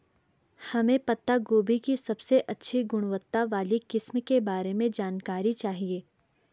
हमें पत्ता गोभी की सबसे अच्छी गुणवत्ता वाली किस्म के बारे में जानकारी चाहिए?